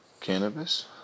cannabis